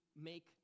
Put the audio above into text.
make